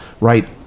right